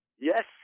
Yes